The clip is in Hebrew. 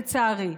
לצערי.